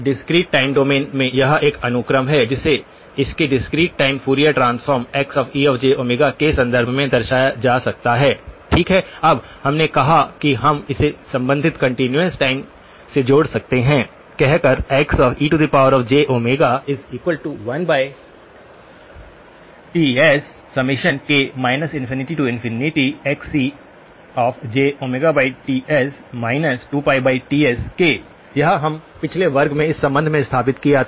discrete time domain में यह एक अनुक्रम x n है जिसे इसके discrete time Fourier transform Xejω के संदर्भ में दर्शाया जा सकता है ठीक है अब हमने कहा कि हम इसे संबंधित कंटीन्यूअस टाइम से जोड़ सकते हैं कह कर Xejω1Tsk ∞XcjTs 2πTsk यह हम पिछले वर्ग में इस संबंध स्थापित किया गया था